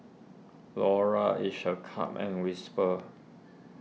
Laura Each a cup and Whisper